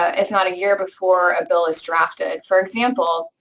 ah if not, a year before a bill is drafted. for example,